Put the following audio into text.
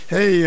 Hey